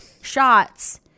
shots